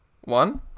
one